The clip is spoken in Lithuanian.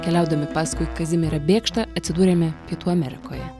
keliaudami paskui kazimierą bėkštą atsidūrėme pietų amerikoje